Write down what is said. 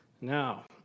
Now